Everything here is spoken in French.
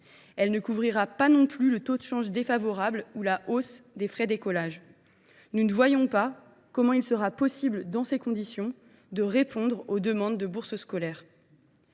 Elle ne couvrira pas non plus les taux de change défavorables ou la hausse des frais d’écolage. Nous ne voyons pas comment il sera possible, dans ces conditions, de répondre aux demandes de bourses scolaires.